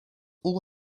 all